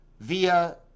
via